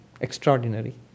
Extraordinary